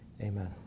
Amen